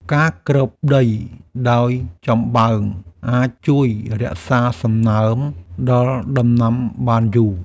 ការគ្របដីដោយចំបើងអាចជួយរក្សាសំណើមដល់ដំណាំបានយូរ។